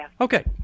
Okay